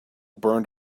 burned